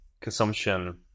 consumption